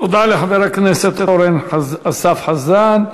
תודה לחבר הכנסת אורן אסף חזן.